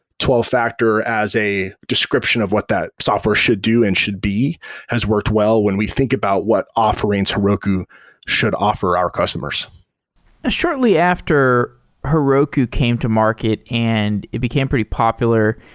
twelve factor as a description of what that software should do and should be has worked well when we think about what offerings heroku should offer our customers shortly after heroku came to market and it became pretty popular,